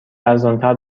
ارزانتر